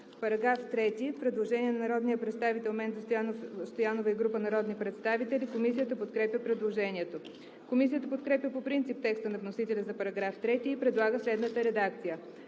По § 3 има предложение на народния представител Менда Стоянова и група народни представители. Комисията подкрепя предложението. Комисията подкрепя по принцип текста на вносителя за § 3 и предлага следната редакция: